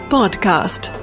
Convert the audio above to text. Podcast